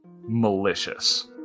malicious